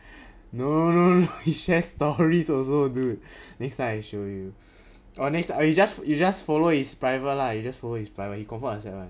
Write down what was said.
no no no no he shares stories also dude next time I show you or next time you just you just follow his private lah you just follow his private he confirm accept [one]